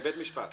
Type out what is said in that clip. בבית משפט.